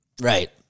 Right